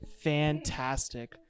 fantastic